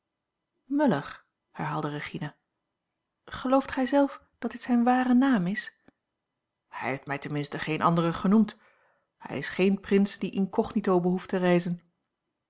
muller herhaalde regina gelooft gij zelf dat dit zijn ware naam is hij heeft mij ten minste geen anderen genoemd hij is geen prins die incognito behoeft